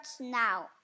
now